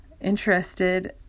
interested